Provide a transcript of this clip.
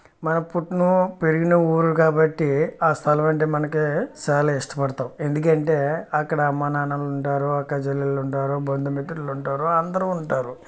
మనం పుట్టిన పెరిగిన ఊరు కాబట్టి ఆ స్థలం అంటే మనకు చాలా ఇష్టపడతాం ఎందుకంటే అక్కడ అమ్మా నాన్నలు ఉంటారు అక్క చెల్లెలు ఉంటారు బంధుమిత్రులు ఉంటారు అందరు ఉంటారు